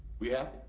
we have?